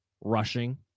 rushing